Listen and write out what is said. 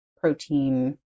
protein